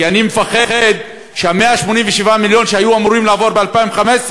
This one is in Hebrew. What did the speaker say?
כי אני מפחד שה-187 מיליון שהיו אמורים לעבור ב-2015,